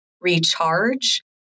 recharge